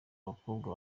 umukobwa